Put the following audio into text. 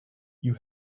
you